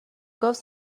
گفت